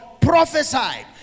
prophesied